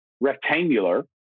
rectangular